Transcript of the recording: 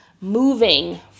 moving